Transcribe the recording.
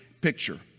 picture